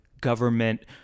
government